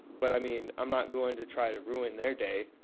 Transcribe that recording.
but, i mean, i'm not going to try to ruin their day.